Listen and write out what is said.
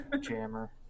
Jammer